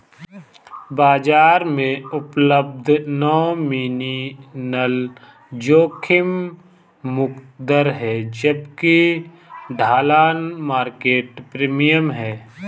बाजार में उपलब्ध नॉमिनल जोखिम मुक्त दर है जबकि ढलान मार्केट प्रीमियम है